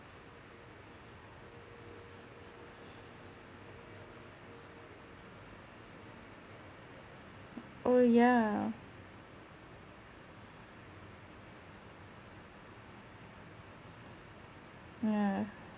oh yeah yeah